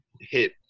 hit